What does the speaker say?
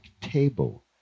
table